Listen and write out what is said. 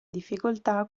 difficoltà